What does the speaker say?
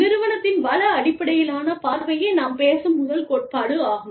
நிறுவனத்தின் வள அடிப்படையிலான பார்வையே நாம் பேசும் முதல் கோட்பாடு ஆகும்